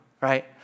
right